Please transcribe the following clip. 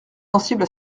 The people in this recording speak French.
sensible